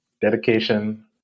Dedication